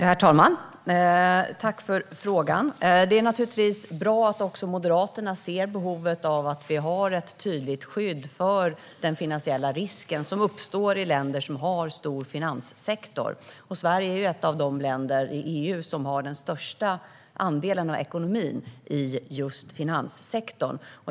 Herr talman! Tack för frågan! Det är naturligtvis bra att också Moderaterna ser behovet av att ha ett tydligt skydd när det gäller den finansiella risk som uppstår i länder som har stor finanssektor. Sverige är ett av de länder i EU som har den största andelen av ekonomin i just finanssektorn.